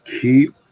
keep